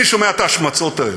אני שומע את ההשמצות האלה,